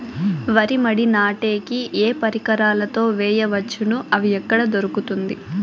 వరి మడి నాటే కి ఏ పరికరాలు తో వేయవచ్చును అవి ఎక్కడ దొరుకుతుంది?